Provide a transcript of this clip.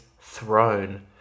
throne